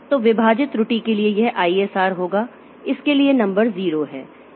तो विभाजित त्रुटि के लिए यह ISR होगा इसके लिए नंबर 0 है